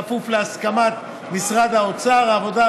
בכפוף להסכמת משרד האוצר ומשרד העבודה,